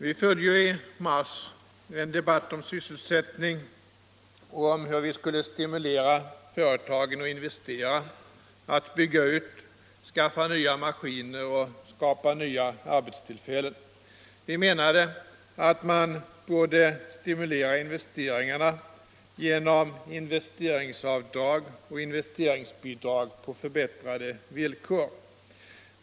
Vi förde ju i mars en debatt om sysselsättning och om hur vi skulle stimulera företagen att investera, att bygga ut, skaffa nya maskiner och skapa nya arbetstillfällen. Vi menade att man borde stimulera investeringarna genom investeringsavdrag och investeringsbidrag på förbättrade villkor.